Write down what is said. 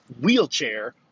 wheelchair